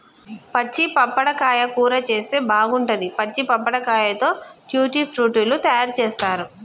పచ్చి పప్పడకాయ కూర చేస్తే బాగుంటది, పచ్చి పప్పడకాయతో ట్యూటీ ఫ్రూటీ లు తయారు చేస్తారు